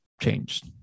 changed